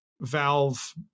Valve